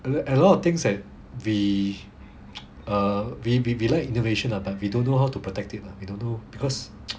and there's a lot of things at we err we we we like innovation lah but we don't know how to protect it we don't know because